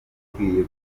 dukwiye